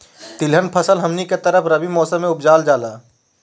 तिलहन फसल हमनी के तरफ रबी मौसम में उपजाल जाला